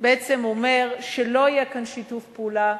בעצם אומר שלא יהיה כאן שיתוף פעולה,